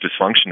dysfunction